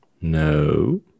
No